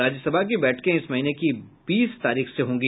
राज्यसभा की बैठकें इस महीने की बीस तारीख से होंगी